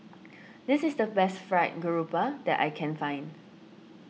this is the best Fried Grouper that I can find